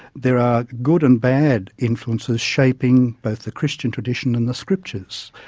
there are good and bad influences shaping both the christian tradition and the scriptures.